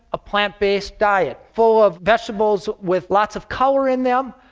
a plant-based diet, full of vegetables with lots of color in them.